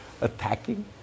attacking